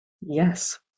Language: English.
yes